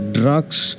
drugs